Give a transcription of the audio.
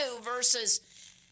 versus